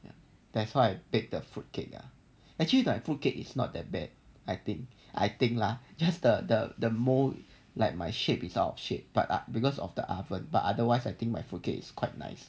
ya that's why pick the fruit cake ah actually like fruit cake is not that bad I think I think lah just the the the mould like my shape is out of shape but because of the oven but otherwise I think my fruit cake is quite nice